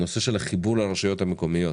הנושא של החיבור לרשויות המקומיות,